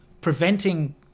preventing